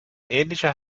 ähnliche